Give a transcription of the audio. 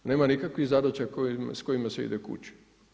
Nema nikakvih zadaća s kojima se ide kući.